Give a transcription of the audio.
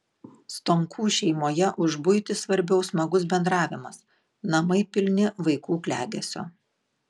stonkų šeimoje už buitį svarbiau smagus bendravimas namai pilni vaikų klegesio